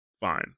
Fine